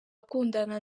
akundana